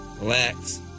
Relax